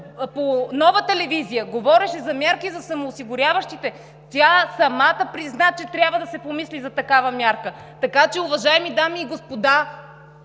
по Нова телевизия говореше за мерки за самоосигуряващите се, тя самата призна, че трябва да се помисли за такава мярка. Така че, уважаеми дами и господа